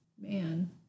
Man